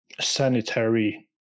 sanitary